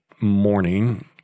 morning